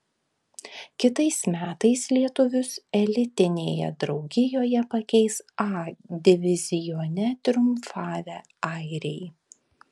kitais metais lietuvius elitinėje draugijoje pakeis a divizione triumfavę airiai